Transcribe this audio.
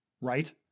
right